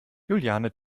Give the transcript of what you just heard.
juliane